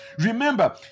Remember